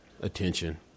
attention